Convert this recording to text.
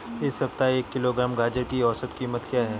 इस सप्ताह एक किलोग्राम गाजर की औसत कीमत क्या है?